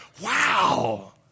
wow